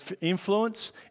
influence